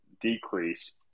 decrease